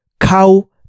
cow